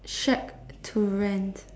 shack to rent